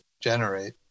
generate